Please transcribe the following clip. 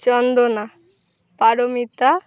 Chandana Paromita